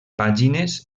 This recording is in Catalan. pàgines